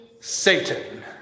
Satan